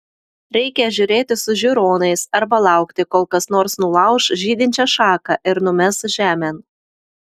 reikia žiūrėti su žiūronais arba laukti kol kas nors nulauš žydinčią šaką ir numes žemėn